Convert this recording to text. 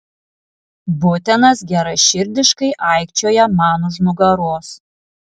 butenas geraširdiškai aikčioja man už nugaros